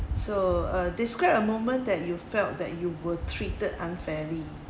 so uh describe a moment that you felt that you were treated unfairly